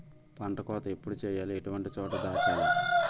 పంట కోత ఎప్పుడు చేయాలి? ఎటువంటి చోట దాచాలి?